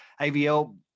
AVL